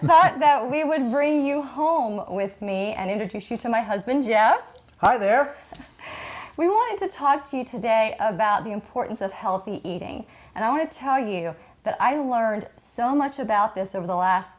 thought that we would bring you home with me and introduce you to my husband yes our there we wanted to talk to you today about the importance of healthy eating and i want to tell you that i learned so much about this over the last